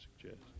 suggest